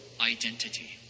identity